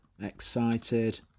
excited